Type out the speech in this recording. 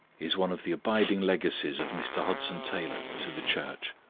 is one of the abiding legacies of mr. hudson taylor to the church.